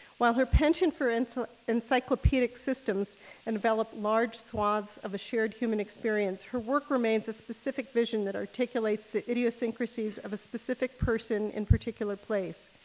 while her penchant for and so encyclopedic systems envelope large swaths of a shared human experience, her work remains a specific vision that articulates the idiosyncrasies of a specific person in particular place.